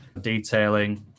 detailing